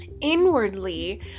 Inwardly